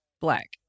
black